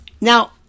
Now